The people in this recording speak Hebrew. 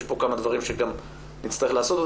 יש פה כמה דברים שנצטרך לעשות,